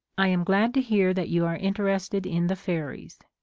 i am glad to hear that you are in terested in the fairies.